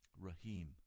Rahim